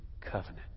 covenant